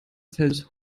celsius